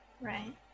right